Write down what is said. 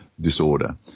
disorder